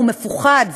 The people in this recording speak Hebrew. הוא מפוחד,